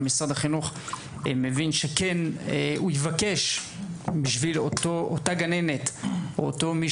אבל משרד החינוך מבין שהוא כן יבקש בשביל אותה גננת או מי